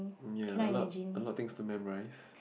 ya a lot a lot things to memorise